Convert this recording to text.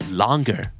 longer